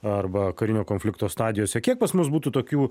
arba karinio konflikto stadijose kiek pas mus būtų tokių